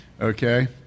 Okay